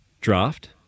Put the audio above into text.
draft